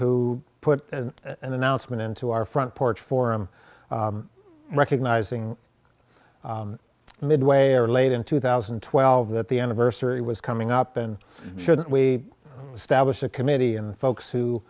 who put an announcement into our front porch for him recognizing midway or late in two thousand and twelve that the anniversary was coming up and shouldn't we establish a committee and folks